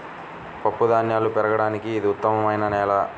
పప్పుధాన్యాలు పెరగడానికి ఇది ఉత్తమమైన నేల